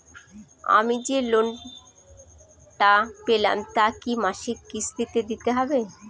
আমি যে লোন টা পেলাম তা কি মাসিক কিস্তি তে দিতে হবে?